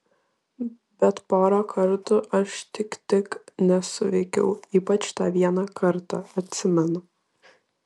bet porą kartų aš tik tik nesuveikiau ypač tą vieną kartą atsimenu